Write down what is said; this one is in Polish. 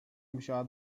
musiała